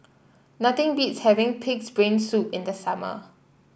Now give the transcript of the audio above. nothing beats having pig's brain soup in the summer